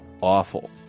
awful